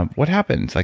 um what happened? like